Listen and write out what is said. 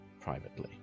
privately